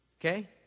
Okay